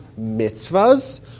mitzvahs